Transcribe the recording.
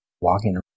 walking